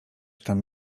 tam